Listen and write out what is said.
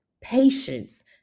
patience